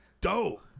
dope